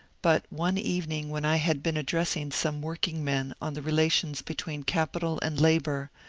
but one evening when i had been addressing some workingmen on the rela tions between capital and labour,